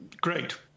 great